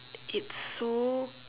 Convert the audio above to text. it's so